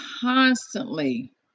constantly